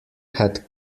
had